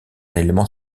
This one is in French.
élément